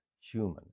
human